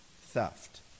theft